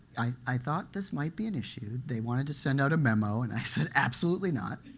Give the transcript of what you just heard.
i i thought this might be an issue. they wanted to send out a memo and i said absolutely not.